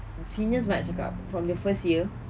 seniors mereka cakap from the first year